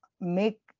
make